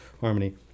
harmony